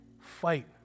fight